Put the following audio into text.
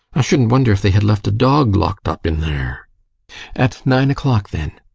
i shouldn't wonder if they had left a dog locked up in there at nine o'clock then?